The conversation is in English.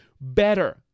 better